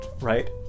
right